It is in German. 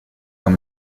kann